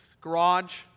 garage